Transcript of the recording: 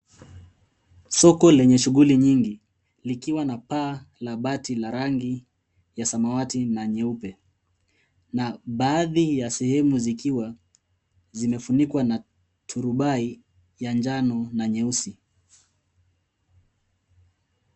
Soko lenye shughuli nyingi. Likiwa na paa la bati la rangi ya samawati na nyeupe, na baadhi ya sehemu zikiwa zimefunikwa na turubai la njano na nyeusi